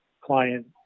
client